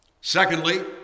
Secondly